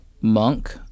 monk